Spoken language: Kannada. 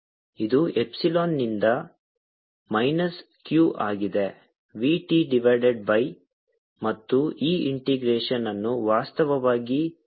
ಇದು ಎಪ್ಸಿಲಾನ್ನಿಂದ ಮೈನಸ್ q ಆಗಿದೆ v t ಡಿವೈಡೆಡ್ ಬೈ ಮತ್ತು ಈ ಇಂಟಿಗ್ರೇಶನ್ಅನ್ನು ವಾಸ್ತವವಾಗಿ ಈ 0 ಬೈ R